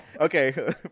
okay